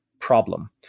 problem